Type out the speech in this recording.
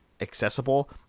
accessible